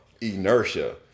Inertia